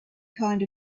kind